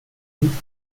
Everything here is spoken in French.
séville